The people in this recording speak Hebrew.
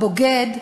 הבוגד,